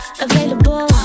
Available